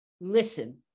listen